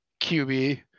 QB